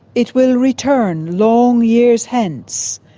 it will return long years hence,